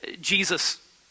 Jesus